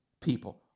people